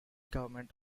government